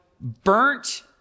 burnt